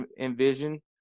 envision